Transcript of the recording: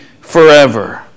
forever